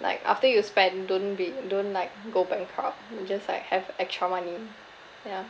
like after you spend don't be don't like go bankrupt you just like have extra money yeah